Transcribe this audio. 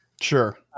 Sure